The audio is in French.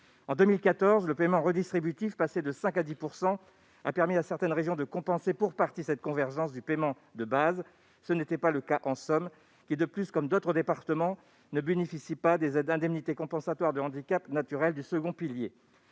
En 2014, le paiement redistributif, passé de 5 % à 10 %, a permis à certaines régions de compenser pour partie cette convergence du paiement de base. Tel ne fut pas le cas dans la Somme, qui, de plus, comme d'autres départements, ne bénéficie pas des indemnités compensatoires de handicaps naturels, les ICHN, du second pilier.